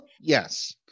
Yes